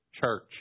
church